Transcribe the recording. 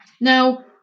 Now